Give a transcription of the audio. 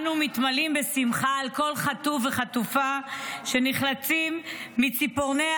אנו מתמלאים בשמחה על כל חטוף וחטופה שנחלצים מציפורניו